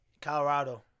Colorado